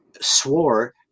swore